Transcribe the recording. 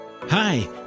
Hi